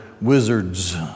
wizards